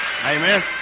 Amen